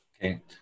Okay